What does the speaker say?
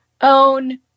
own